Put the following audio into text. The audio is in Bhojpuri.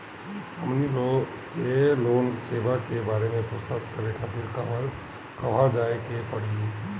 हमनी के लोन सेबा के बारे में पूछताछ करे खातिर कहवा जाए के पड़ी?